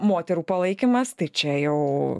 moterų palaikymas tai čia jau